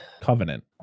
Covenant